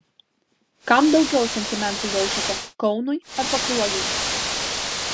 kam daugiau sentimentų jaučiate kaunui ar pakruojui